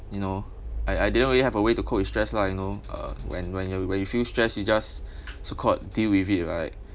you know I I didn't really have a way to cope with stress lah you know uh when when you when you feel stressed you just so called deal with it right